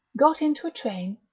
got into a train,